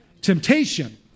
Temptation